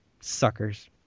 Suckers